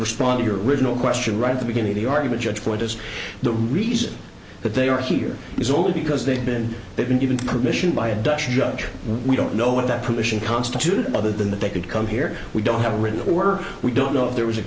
respond to your original question right at the beginning of the argument judge what is the reason that they are here is only because they've been they've been given permission by a dutch judge we don't know what that provision constituted other than that they could come here we don't have a written order we don't know if there was a